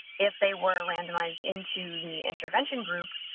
if they were randomized into the intervention group,